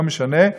לא משנה.